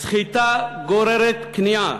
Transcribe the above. סחיטה גוררת כניעה,